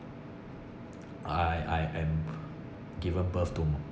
I I am given birth to